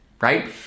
right